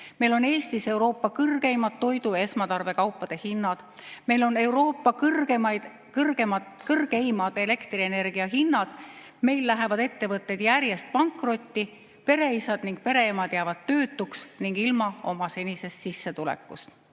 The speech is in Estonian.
Meil on Eestis Euroopa kõrgeimad toidu- ja esmatarbekaupade hinnad. Meil on Euroopa kõrgeimad elektrienergia hinnad. Meil lähevad ettevõtted järjest pankrotti, pereisad ja pereemad jäävad töötuks ning ilma oma senisest sissetulekust.